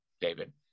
David